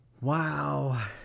Wow